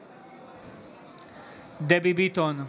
נגד דבי ביטון,